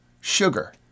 sugar